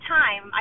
time